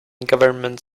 government